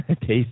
taste